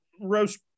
roast